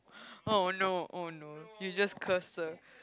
oh no oh no you just cursed her